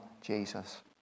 Jesus